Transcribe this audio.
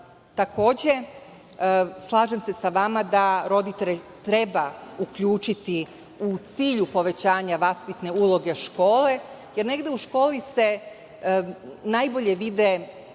Takođe, slažem se sa vama da roditelj treba uključiti u cilju povećanja vaspitne uloge škole, jer negde u školi se najbolje vide